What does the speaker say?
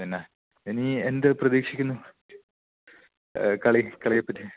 പിന്നെ ഇനി എന്ത് പ്രതീക്ഷിക്കുന്നു കളി കളിയേപ്പറ്റി